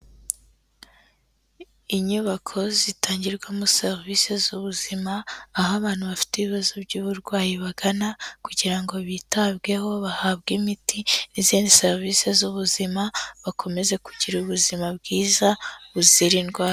Inyubako zitangirwamo serivisi z'ubuzima aho abantu bafite ibibazo by'uburwayi bagana kugira ngo bitabweho bahabwe imiti n'izindi serivisi z'ubuzima bakomeze kugira ubuzima bwiza buzira indwara.